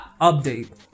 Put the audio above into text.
update